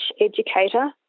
educator